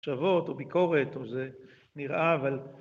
שבות או ביקורת או זה נראה, אבל...